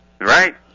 Right